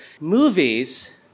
Movies